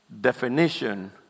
definition